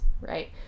right